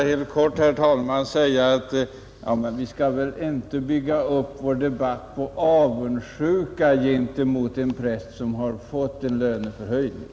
Herr talman! Vi skall väl ändå inte bygga upp vår debatt på avundsjuka mot en präst som fått en löneförhöjning.